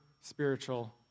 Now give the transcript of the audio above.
spiritual